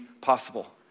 possible